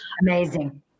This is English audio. Amazing